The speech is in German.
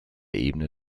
ebene